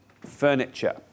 furniture